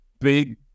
big